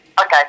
Okay